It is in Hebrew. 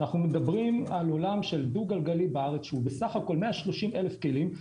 אנחנו מדברים על עולם של דו-גלגלי בארץ שהוא בסך הכול 130,000 כלים,